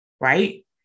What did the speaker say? right